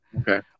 Okay